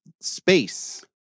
space